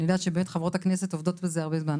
אני יודעת שחברות הכנסת עובדות על זה הרבה זמן,